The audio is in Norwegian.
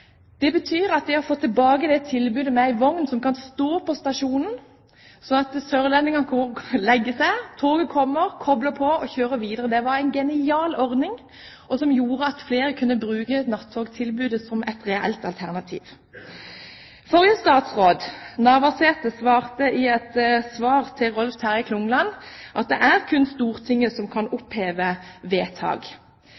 stasjonen, slik at sørlendingene kan legge seg, toget kommer, kobler på, og kjører videre. Det var en genial ordning, som gjorde at flere kunne bruke nattogtilbudet som et reelt alternativ. Forrige statsråd, Navarsete, sa i et svar til Rolf Terje Klungland at det kun er Stortinget som kan